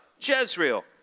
Jezreel